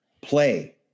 play